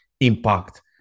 impact